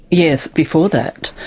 yes, before that.